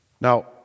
Now